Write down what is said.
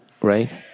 right